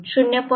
02 0